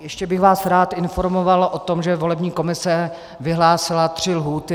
Ještě bych vás rád informoval o tom, že volební komise vyhlásila tři lhůty.